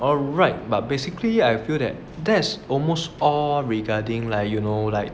alright but basically I feel that is almost all regarding like you know like